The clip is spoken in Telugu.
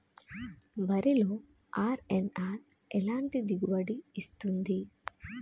వరిలో అర్.ఎన్.ఆర్ ఎలాంటి దిగుబడి ఇస్తుంది?